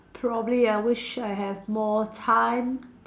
probably I wish I have more time